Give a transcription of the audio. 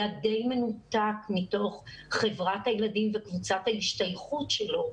היה מנותק מחברת הילדים וקבוצת ההשתייכות שלו.